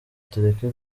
tureke